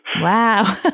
Wow